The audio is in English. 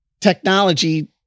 technology